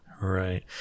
Right